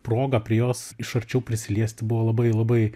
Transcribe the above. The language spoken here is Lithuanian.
proga prie jos iš arčiau prisiliesti buvo labai labai